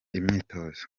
imyitozo